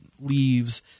leaves